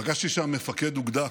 שם את מפקד האוגדה,